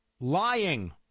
lying